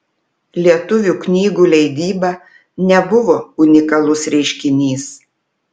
lietuvių knygų leidyba nebuvo unikalus reiškinys